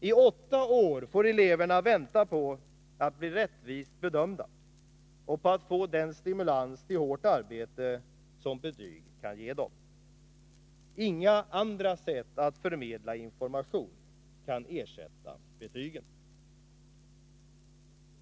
I åtta år får eleverna vänta på att bli rättvist bedömda och på att få den stimulans till hårt arbete som betyg kan ge dem. Inga andra sätt att förmedla information kan ersätta betygen.